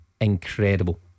incredible